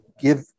give